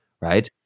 right